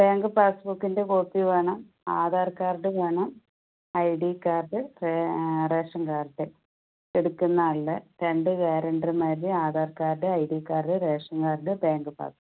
bank പാസ്സ്ബുക്കിൻ്റെ copy വേണം Aadhaar card വേണം ഐഡി കാർഡ് റേഷൻ കാർഡ് എടുക്കുന്ന ആളുടെ രണ്ട് ഗ്യാരണ്ടിയർമാരുടെ Aadhaar card ID card ration card bank passbook